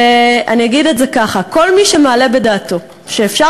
ואני אגיד את זה ככה: כל מי שמעלה בדעתו שאפשר